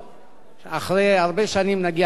אחרי הרבה שנים, נגיע ל-4,600 שקלים.